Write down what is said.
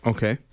Okay